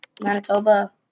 Manitoba